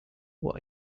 what